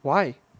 why